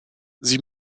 sie